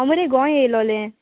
हांव मरे गोंय येयलोलें